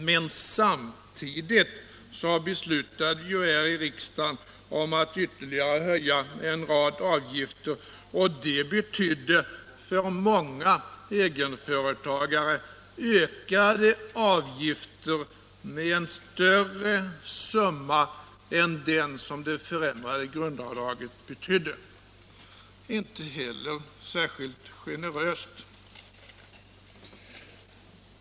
Men samtidigt beslutade vi ju här i riksdagen om att ytterligare höja en rad avgifter, och det betydde för många egenföretagare ökade avgifter med tillsammans en större summa än den som det förändrade grundavdraget innebar. Inte heller särskilt generöst.